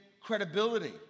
credibility